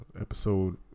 episode